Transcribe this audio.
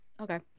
okay